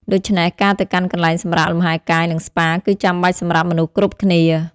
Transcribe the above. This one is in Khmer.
ដូច្នេះ ការទៅកាន់កន្លែងសម្រាកលំហែកាយ និងស្ប៉ាគឺចាំបាច់សម្រាប់មនុស្សគ្រប់គ្នា។